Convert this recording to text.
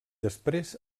després